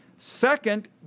Second